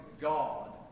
God